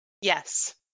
Yes